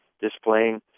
displaying